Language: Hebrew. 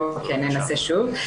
ננסה שוב.